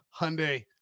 Hyundai